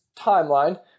timeline